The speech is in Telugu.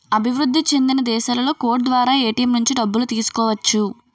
అభివృద్ధి చెందిన దేశాలలో కోడ్ ద్వారా ఏటీఎం నుంచి డబ్బులు తీసుకోవచ్చు